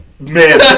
Man